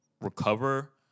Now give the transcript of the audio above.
recover